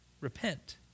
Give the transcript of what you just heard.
repent